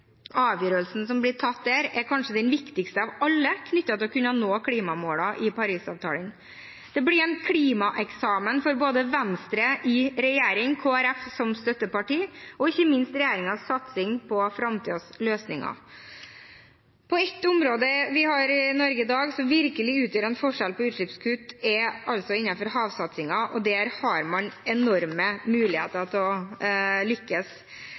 Avgjørelsen som blir tatt der, er kanskje den viktigste av alle knyttet til å kunne nå klimamålene i Parisavtalen. Det blir en klimaeksamen for både Venstre i regjering, Kristelig Folkeparti som støtteparti og ikke minst regjeringens satsing på framtidens løsninger. Et område vi har i Norge i dag som virkelig utgjør en forskjell for utslippskutt, er altså havsatsingen, og der har man enorme muligheter til å lykkes.